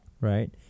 right